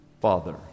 Father